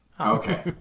Okay